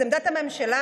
אז עמדת הממשלה,